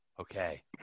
Okay